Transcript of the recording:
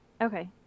Okay